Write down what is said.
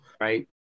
Right